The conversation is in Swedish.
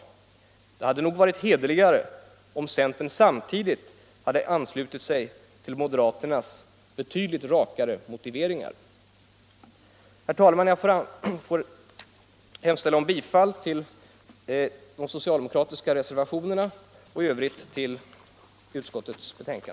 Det hade varit hederligare om centern samtidigt hade anslutit sig till moderaternas betydligt rakare motiveringar. Herr talman! Jag yrkar bifall till de socialdemokratiska reservationerna och i övrigt till utskottets hemställan.